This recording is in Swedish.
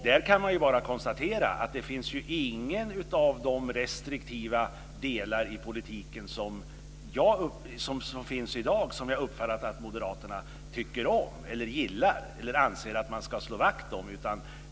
Det är inte några av de restriktiva delar som finns i dag som jag uppfattar att moderaterna tycker om, gillar eller anser att man ska slå vakt om.